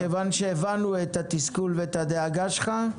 כיוון שהבנו את התסכול ואת הדאגה שלך,